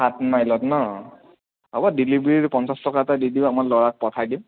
সাত মাইলত ন' হ'ব ডেলিভাৰীৰ পঞ্চাছ টকা এটা দি দিব আমাৰ ল'ৰাক পঠাই দিম